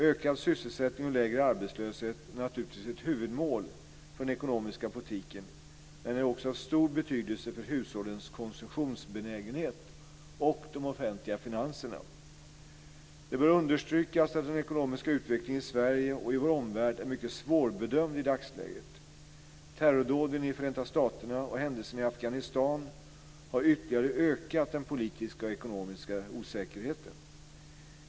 Ökad sysselsättning och lägre arbetslöshet är naturligtvis ett huvudmål för den ekonomiska politiken, men den är också av stor betydelse för hushållens konsumtionsbenägenhet och de offentliga finanserna. Det bör understrykas att den ekonomiska utvecklingen i Sverige och i vår omvärld är mycket svårbedömd i dagsläget. Terrordåden i Förenta staterna och händelserna i Afghanistan har ytterligare ökat den politiska och ekonomiska osäkerheten.